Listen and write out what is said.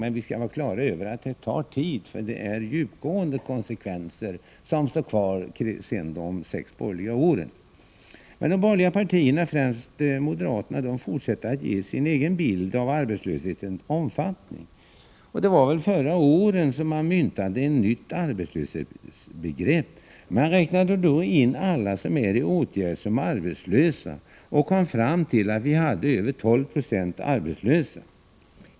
Men vi skall vara på det klara med att det tar tid, eftersom de sex borgerliga åren fått djupgående konsekvenser. De borgerliga partierna, främst moderaterna, fortsätter att ge sin egen bild av arbetslöshetens omfattning. Förra våren myntade man ett nytt arbetslöshetsbegrepp. Man räknade då in alla som får stöd genom arbetsmarknadspolitiska åtgärder som arbetslösa och kom fram till att vi hade över 12 9c arbetslöshet.